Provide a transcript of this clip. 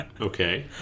Okay